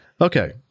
Okay